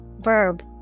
Verb